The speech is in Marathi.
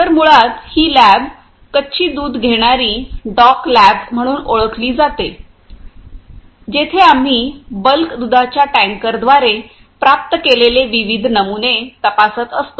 तर मुळात ही लॅब कच्ची दुध घेणारी डॉक लॅब म्हणून ओळखली जाते जेथे आम्ही बल्क दुधाच्या टँकरद्वारे प्राप्त केलेले विविध नमुने तपासत असतो